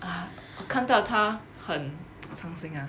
我看到他很伤心 ah